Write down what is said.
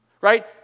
right